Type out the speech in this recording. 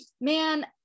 man